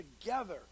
together